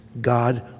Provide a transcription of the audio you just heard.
God